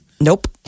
Nope